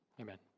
amen